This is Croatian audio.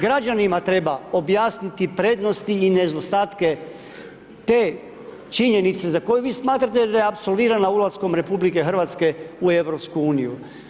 Građanima treba objasniti prednosti i nedostatke te činjenice za koju vi smatrate da je apsolvirana ulaskom RH u EU.